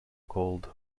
called